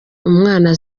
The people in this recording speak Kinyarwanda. umwana